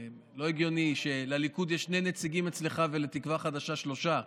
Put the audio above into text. לא הגיוני שלליכוד יש שני נציגים אצלך ולתקווה חדשה שלושה.